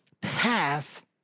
path